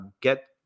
Get